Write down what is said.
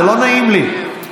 זה לא נעים לי.